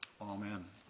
Amen